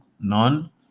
none